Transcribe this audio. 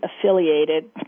affiliated